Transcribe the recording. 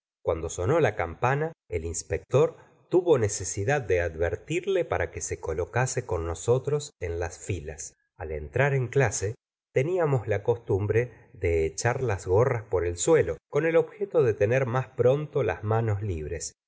cuando sonó la campana el inspector tuvo necesidad de advertirle para que se colocase con nosotros en las filas al entrar en clase teníamos la costumbre de echar las gorras por el suelo con el objeto de tener más pronto las manos libres